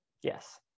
Yes